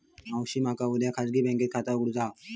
भावाशी मका उद्या खाजगी बँकेत खाता उघडुचा हा